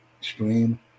stream